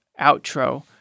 outro